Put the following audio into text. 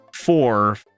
four